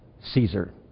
Caesar